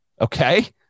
okay